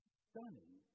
stunning